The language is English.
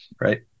right